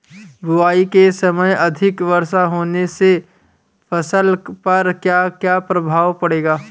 बुआई के समय अधिक वर्षा होने से फसल पर क्या क्या प्रभाव पड़ेगा?